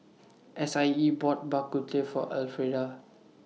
S I E bought Bak Kut Teh For Elfrieda